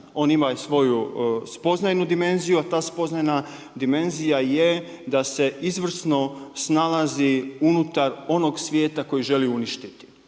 On ima svoju i spoznajnu dimenziju, a ta spoznajna dimenzija je da se izvrsno snalazi unutar onog svijeta koji želi uništiti.